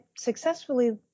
successfully